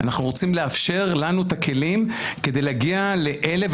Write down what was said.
אנחנו רוצים לאפשר לנו את הכלים כדי להגיע לאלה,